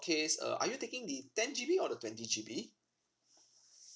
case uh are you taking the ten G B or the twenty G B